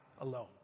alone